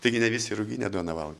taigi ne visi ruginę duoną valgo